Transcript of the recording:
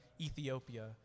Ethiopia